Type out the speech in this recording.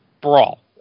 brawl